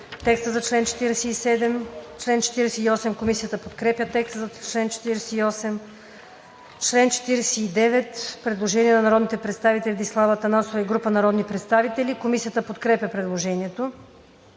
текста за чл. 47. Комисията подкрепя текста за чл. 48. По чл. 49 има предложение на народния представител Десислава Атанасова и група народни представители. Комисията подкрепя предложението.